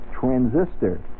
transistor